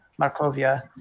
Markovia